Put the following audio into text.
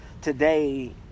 Today